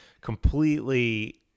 completely